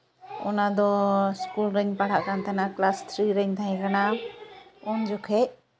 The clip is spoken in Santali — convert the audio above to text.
ᱚᱱᱟᱫᱚ ᱤᱥᱠᱩᱞ ᱨᱮᱧ ᱯᱟᱲᱦᱟᱜ ᱠᱟᱱ ᱛᱟᱦᱮᱱᱟ ᱠᱮᱞᱟᱥ ᱛᱷᱨᱤ ᱨᱮᱧ ᱛᱟᱦᱮᱸ ᱠᱟᱱᱟ ᱩᱱ ᱡᱚᱠᱷᱮᱡ